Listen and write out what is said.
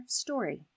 story